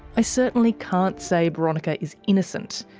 i certainly can't say boronika is innocent.